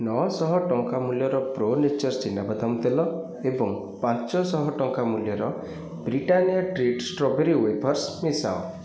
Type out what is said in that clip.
ନଅଶହ ଟଙ୍କା ମୂଲ୍ୟର ପ୍ରୋ ନେଚର୍ ଚୀନାବାଦାମ୍ ତେଲ ଏବଂ ପାଞ୍ଚଶହ ଟଙ୍କା ମୂଲ୍ୟର ବ୍ରିଟାନିଆ ଟ୍ରିଟ୍ ଷ୍ଟ୍ରବେରୀ ୱେଭର୍ସ୍ ମିଶାଅ